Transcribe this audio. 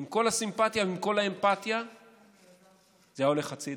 עם כל הסימפתיה וכל האמפתיה, זה היה הולך הצידה.